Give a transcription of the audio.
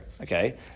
Okay